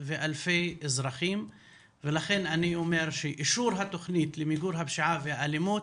ואלפי אזרחים ולכן אני אומר שאישור התוכנית למיגור הפשיעה והאלימות